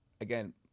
Again